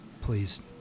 please